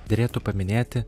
derėtų paminėti